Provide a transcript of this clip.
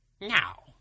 Now